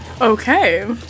Okay